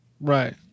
Right